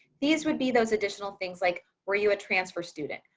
these would be those additional things like, were you a transfer student.